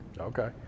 Okay